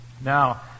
Now